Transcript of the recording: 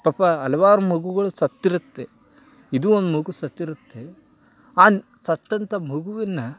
ಪಾಪ ಹಲ್ವಾರ್ ಮಗುಗಳು ಸತ್ತಿರುತ್ತೆ ಇದು ಒಂದು ಮಗು ಸತ್ತಿರುತ್ತೆ ಆ ಸತ್ತಂತ ಮಗುವಿನ